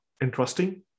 interesting